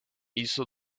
hizo